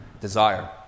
desire